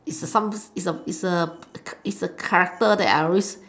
is a some is a is a is a character that I always